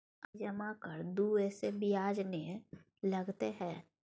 आय जमा कर दू ऐसे ब्याज ने लगतै है?